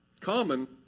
common